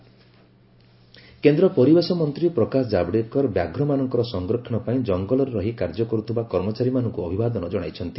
Javadekar tiger conservation କେନ୍ଦ୍ର ପରିବେଶ ମନ୍ତ୍ରୀ ପ୍ରକାଶ ଜାବଡେକର ବ୍ୟାଘ୍ରମାନଙ୍କର ସଂରକ୍ଷଣ ପାଇଁ ଜଙ୍ଗଲରେ ରହି କାର୍ଯ୍ୟ କରୁଥିବା କର୍ମଚାରୀମାନଙ୍କୁ ଅଭିବାଦନ ଜଣାଇଛନ୍ତି